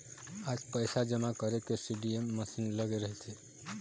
आज पइसा जमा करे के सीडीएम मसीन लगे रहिथे